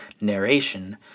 narration